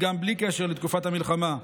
גם בלי קשר לתקופת המלחמה,